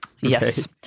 Yes